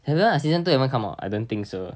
haven't heard season two haven't come out I don't think so